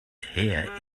here